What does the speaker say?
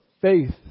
faith